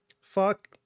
fuck